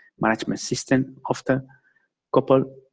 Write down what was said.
management system often couple